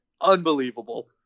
Unbelievable